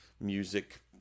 music